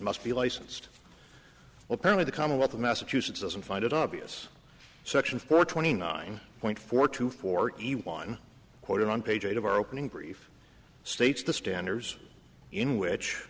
must be licensed apparently the commonwealth of massachusetts doesn't find it obvious section four twenty nine point four two forty one quoted on page eight of our opening brief states the standards in which